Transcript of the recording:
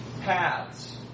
paths